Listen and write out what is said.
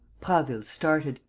prasville started.